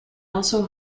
also